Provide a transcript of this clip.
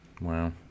Wow